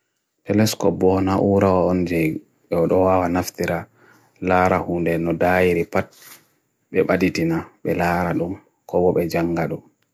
Te lesko boona uro onjeg yaw doha wa naftira lara hunde no dai ripat be baditi na belaralu ko bo be jangadu.